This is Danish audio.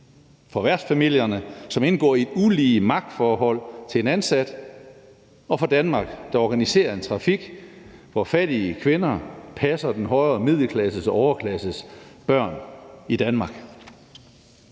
for værtsfamilierne, som indgår i ulige magtforhold til en ansat; og for Danmark, der organiserer en trafik, hvor fattige kvinder passer den højere middelklasses og overklasses børn i Danmark.